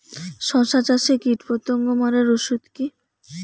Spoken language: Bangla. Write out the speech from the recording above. শসা চাষে কীটপতঙ্গ মারার ওষুধ কি?